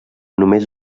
només